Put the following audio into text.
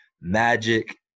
Magic